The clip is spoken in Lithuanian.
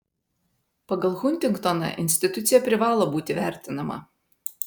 pagal huntingtoną institucija privalo būti vertinama